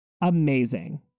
amazing